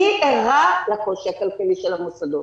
אני ערה לקושי הכלכלי של המוסדות,